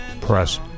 press